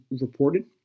reported